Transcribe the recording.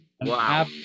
Wow